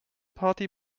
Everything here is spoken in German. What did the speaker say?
party